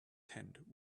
tent